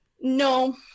no